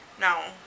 No